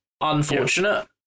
unfortunate